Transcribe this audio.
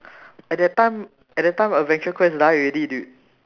at that time at that time adventure quest die already dude